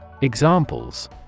Examples